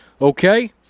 Okay